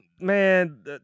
man